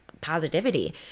positivity